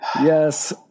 Yes